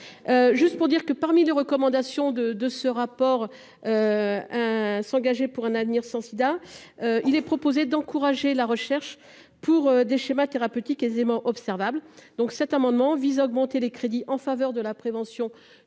juste pour dire que, parmi les recommandations de de ce rapport, hein s'engager pour un avenir sans SIDA, il est proposé d'encourager la recherche pour des schémas thérapeutiques aisément observables, donc, cet amendement vise à augmenter les crédits en faveur de la prévention